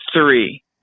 three